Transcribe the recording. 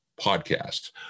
podcast